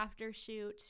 AfterShoot